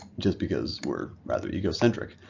just because we're rather ego centric.